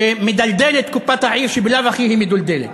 שמדלדל את קופת העיר, שהיא בלאו הכי מדולדלת.